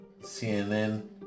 CNN